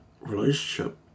relationship